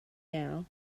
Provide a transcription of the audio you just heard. now